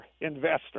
investor